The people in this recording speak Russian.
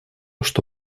что